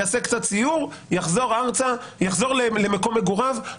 יעשה קצת סיור ויחזור למקום מגוריו.